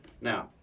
Now